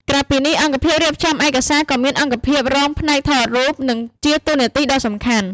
ក្រៅពីនេះ អង្គភាពរៀបចំឯកសារក៏មាន អង្គភាពរងផ្នែកថតរូប ដែលជាតួនាទីដ៏សំខាន់។